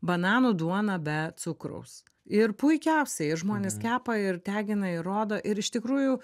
bananų duona be cukraus ir puikiausiai žmonės kepa ir tegina ir rodo ir iš tikrųjų